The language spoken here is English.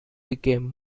became